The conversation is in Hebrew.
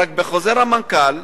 רק בחוזר המנכ"ל,